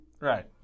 Right